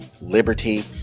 liberty